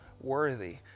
worthy